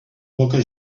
boca